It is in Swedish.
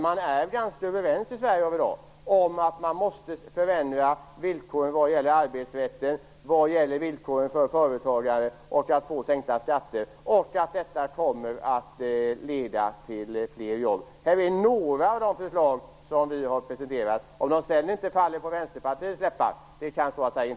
Man är ganska överens i Sverige i dag om att villkoren för arbetsrätten och villkoren för företagare måste förändras och att skatterna måste sänkas. Detta kommer att leda till fler jobb. Detta är några av de förslag som vi har presenterat. Vi kan inte rå för om de inte faller Vänsterpartiet i smaken.